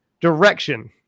direction